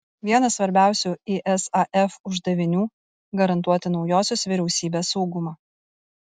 vienas svarbiausių isaf uždavinių garantuoti naujosios vyriausybės saugumą